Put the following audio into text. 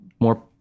more